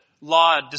law